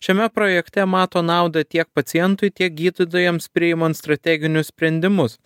šiame projekte mato naudą tiek pacientui tiek gydytojams priimant strateginius sprendimus